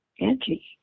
Angie